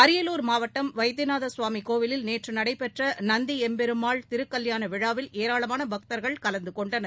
அரியலூர் மாவட்டம் வைத்தியநாத சுவாமி கோவிலில் நேற்று நடைபெற்ற நந்தி எம்பெருமாள் திருகல்யாண விழாவில் ஏராளமான பக்தர்கள் கலந்துகொண்டனர்